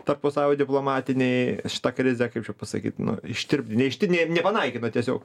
tarpusavio diplomatinė šita krizė kaip čia pasakyt nu ištirpo neištipdė nepanaikino tiesiog